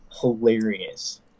hilarious